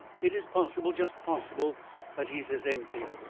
it is possible just possible that he's as empty.